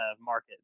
market